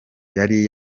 yari